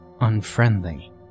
unfriendly